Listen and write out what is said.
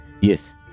Yes